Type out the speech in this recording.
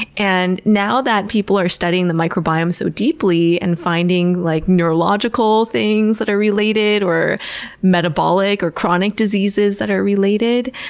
and now that people are studying the microbiome so deeply and finding like neurological things that are related or metabolic or chronic diseases that are related,